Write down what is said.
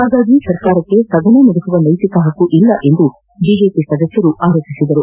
ಹಾಗಾಗಿ ಸರ್ಕಾರಕ್ಕೆ ಸದನ ನಡೆಸುವ ನೈತಿಕ ಹಕ್ಕು ಇಲ್ಲ ಎಂದು ಬಿಜೆಪಿ ಸದಸ್ಯರು ಆರೋಪಿಸಿದರು